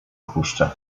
opuszczę